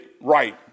right